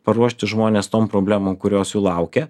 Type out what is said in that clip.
paruošti žmones tom problemom kurios jų laukia